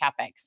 CapEx